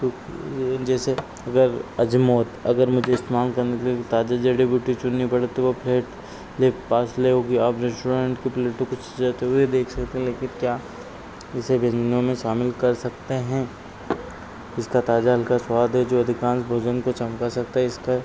सूखी जैसे अगर अजमोत अगर मुझे इस्तेमाल करने के लिए भी ताजे जड़ी बूटी चुननी पड़े तो वो फेट ले पार्सले हो गई आप रेश्टोरेंट के प्लेटों को सजाते हुए देख सकते हैं लेकिन क्या इसे व्यंजनों में शामिल कर सकते हैं इसका ताजा हल्का स्वाद है जो अधिकांश भोजन को चमका सकता है इसका